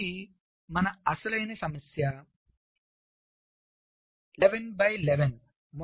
ఇదే మన అసలైన సమస్య 11 బై 11